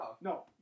No